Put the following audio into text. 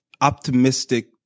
optimistic